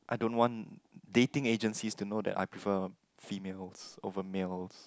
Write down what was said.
I don't want dating agencies to know that I prefer females over males